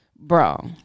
bro